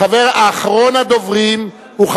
חוק סדר הדין הפלילי, עברה